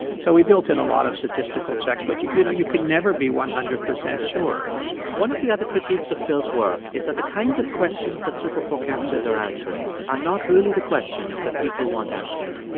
so we built in a lot of statistical checks. but, you you know, you can never be one hundred percent sure one of the other critiques of phil's work is that the kinds of questions that superforecasters are answering are not really the questions that people want answered.